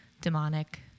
demonic